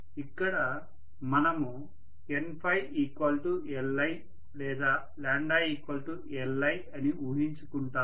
ఇక్కడ మనం NLi లేదా Li అని ఊహించుకుంటాము